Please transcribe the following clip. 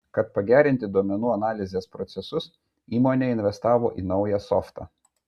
kad pagerinti duomenų analizės procesus įmonė investavo į naują softą